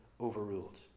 overruled